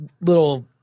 little